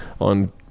on